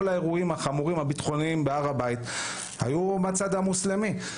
האירועים הביטחוניים החמורים בהר הבית היו מהצד המוסלמי.